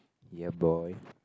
ya boy